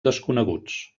desconeguts